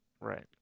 Right